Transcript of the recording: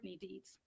deeds